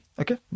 Okay